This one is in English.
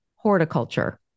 horticulture